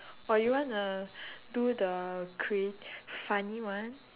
or you wanna do the crea~ funny one